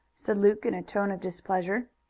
said luke in a tone of displeasure.